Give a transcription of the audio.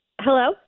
Hello